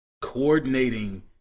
coordinating